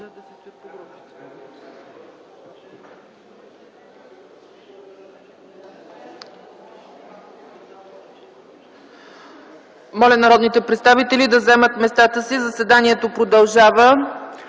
Моля народните представители да заемат местата си. Заседанието продължава.